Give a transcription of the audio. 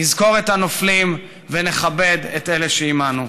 נזכור את הנופלים ונכבד את אלה שעימנו.